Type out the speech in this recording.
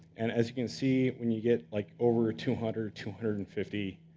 and as you can see, when you get like over two hundred, two hundred and fifty,